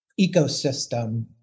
ecosystem